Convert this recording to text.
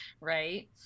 right